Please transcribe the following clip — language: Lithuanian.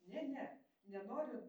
ne ne nenoriu